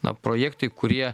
na projektai kurie